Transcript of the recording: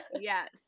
Yes